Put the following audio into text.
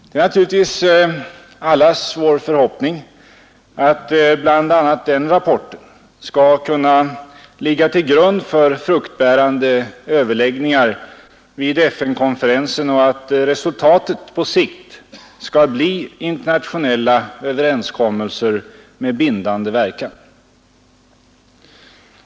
Det är naturligtvis allas vår förhoppning att bl.a. den rapporten skall kunna ligga till grund för fruktbärande överläggningar vid FN-konferensen och att resultatet på sikt skall bli internationella överenskommelser med bindande verkan.